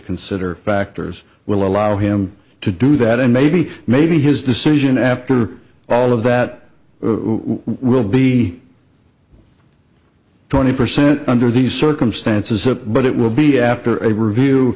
consider factors will allow him to do that and maybe maybe his decision after all of that we will be twenty percent under these circumstances but it will be after a review